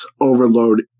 overload